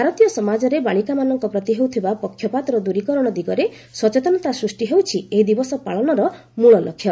ଭାରତୀୟ ସମାଜରେ ବାଳିକାମାନଙ୍କ ପ୍ରତି ହେଉଥିବା ପକ୍ଷପାତର ଦୂରୀକରଣ ଦିଗରେ ସଚେତନତା ସୃଷ୍ଟି ହେଉଛି ଏହି ଦିବସ ପାଳନର ମୂଳଲକ୍ଷ୍ୟ